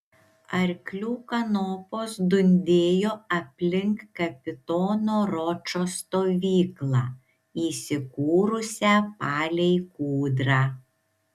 arklių kanopos dundėjo aplink kapitono ročo stovyklą įsikūrusią palei kūdrą